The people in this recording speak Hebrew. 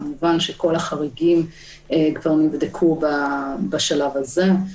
כאשר כל החריגים כבר נבדקו בשלב הזה.